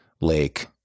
lake